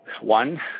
One